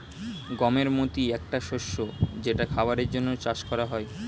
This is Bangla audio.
গমের মতি একটা শস্য যেটা খাবারের জন্যে চাষ করা হয়